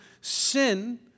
sin